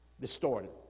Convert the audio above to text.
Distorted